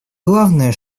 главное